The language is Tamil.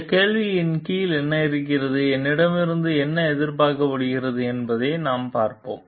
இந்தக் கேள்வியின் கீழ் என்ன இருக்கிறது என்னிடமிருந்து என்ன எதிர்பார்க்கப்படுகிறது என்பதைப் பார்ப்போம்